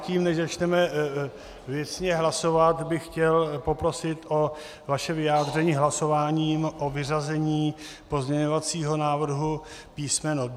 Předtím, než začneme věcně hlasovat, bych chtěl poprosit o vaše vyjádření hlasováním o vyřazení pozměňovacího návrhu písm.